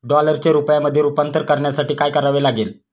डॉलरचे रुपयामध्ये रूपांतर करण्यासाठी काय करावे लागेल?